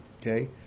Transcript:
Okay